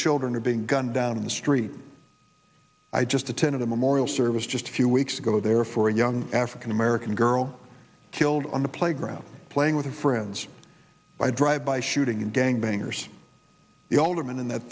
children are being gunned down in the street i just attended a memorial service just a few weeks ago there for a young african american girl killed on the playground playing with her friends by drive by shooting in gang bangers the alderman